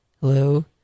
hello